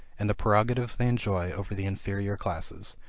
and the prerogatives they enjoy over the inferior classes,